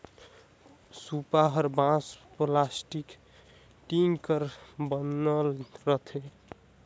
सूपा हर बांस, पलास्टिक, टीग कर बनल रहथे